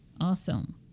Awesome